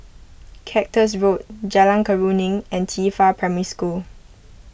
Cactus Road Jalan Keruing and Qifa Primary School